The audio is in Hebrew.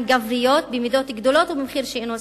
גבריות במידות גדולות ובמחיר שאינו סביר.